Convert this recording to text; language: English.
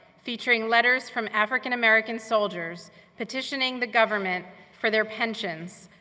featuring letters from african-american soldiers petitioning the government for their pensions,